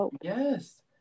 Yes